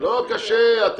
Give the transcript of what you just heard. לא קשה.